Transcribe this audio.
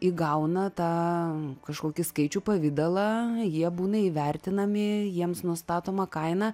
įgauna tą kažkokį skaičių pavidalą jie būna įvertinami jiems nustatoma kaina